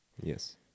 Yes